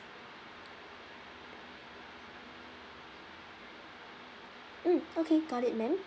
mm okay got it ma'am